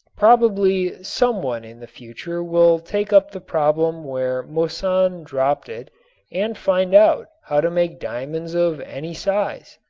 probably some one in the future will take up the problem where moissan dropped it and find out how to make diamonds of any size.